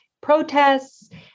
protests